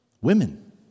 women